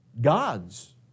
gods